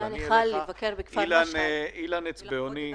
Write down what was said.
אילן אצבעוני,